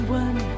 one